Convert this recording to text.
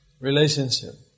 relationship